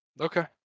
okay